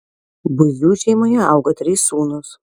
buzių šeimoje augo trys sūnūs